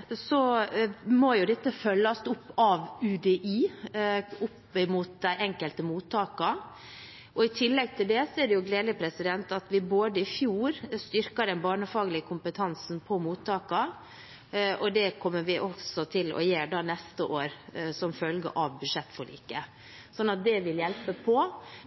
så akkurat hvor lang den er nå, kan jeg ikke svare på på stående fot, men det kan representanten Kari Henriksen selvfølgelig få svar på senere. Når det gjelder uro og håpløshet, må dette følges opp av UDI overfor de enkelte mottakene. I tillegg er det gledelig at vi i fjor styrket den barnefaglige kompetansen på mottakene. Det kommer vi til å gjøre også neste år som følge av budsjettforliket. Det vil hjelpe.